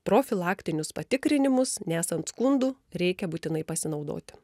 profilaktinius patikrinimus nesant skundų reikia būtinai pasinaudoti